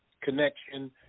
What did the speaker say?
connection